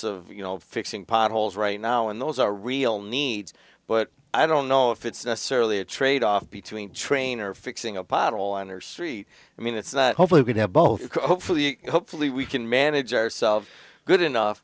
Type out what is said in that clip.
of you know fixing potholes right now and those are real needs but i don't know if it's necessarily a tradeoff between train or fixing a pothole on or street i mean it's not hopefully would have both hopefully hopefully we can manage ourselves good enough